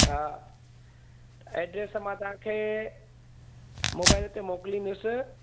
हा एड्रैस मां तव्हांखे मोबाइल ते मोकिलिंदुसि